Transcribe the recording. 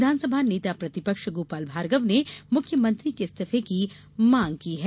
विधानसभा नेता प्रतिपक्ष गोपाल भार्गव ने मुख्यमंत्री के इस्तीफे की मांग की है